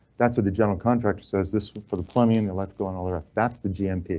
that's what the general contractor says this. for the plumbing, they're let go, and all the rest. that's the gmp. yeah